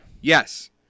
Yes